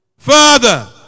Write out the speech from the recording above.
Father